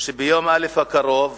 שביום ראשון הקרוב